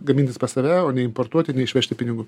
gamintis pas save o ne importuoti ne išvežti pinigų